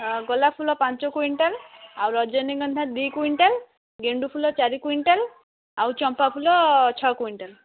ଆ ଗୋଲାପ ଫୁଲ ପାଞ୍ଚ କୁଇଣ୍ଟାଲ ଆଉ ରଜନୀଗନ୍ଧା ଦୁଇ କୁଇଣ୍ଟାଲ ଗେଣ୍ଡୁ ଫୁଲ ଚାରି କୁଇଣ୍ଟାଲ ଆଉ ଚମ୍ପା ଫୁଲ ଛଅ କୁଇଣ୍ଟାଲ